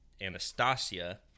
Anastasia